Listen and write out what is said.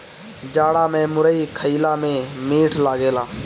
जाड़ा में मुरई खईला में मीठ लागेला